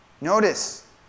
Notice